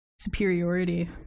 Superiority